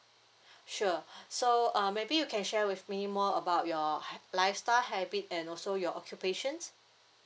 sure so uh maybe you can share with me more about your ha~ lifestyle habit and also your occupations